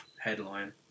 Headline